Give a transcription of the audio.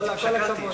ואללה, כל הכבוד.